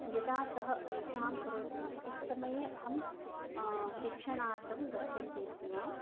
यदा सः निद्रां करोति तत् समये अहं शिक्षणार्थं गच्छन्ति स्म